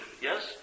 Yes